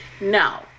no